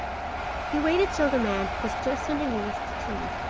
he waited till the man was just underneath the tree,